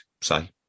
Say